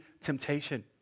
temptation